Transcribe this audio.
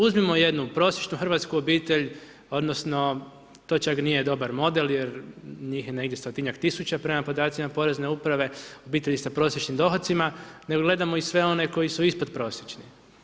Uzmimo jednu prosječnu hrvatsku obitelj odnosno to čak nije dobar model jer njih je negdje stotinjak tisuća prema podacima Porezne uprave, obitelji sa prosječnim dohocima nego gledamo i sve one koji su ispod prosječne.